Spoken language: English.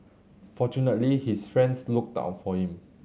fortunately his friends looked out for him